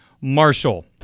Marshall